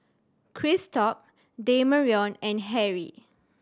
Christop Demarion and Harry